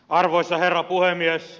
arvoisa herra puhemies